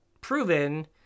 proven